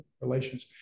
relations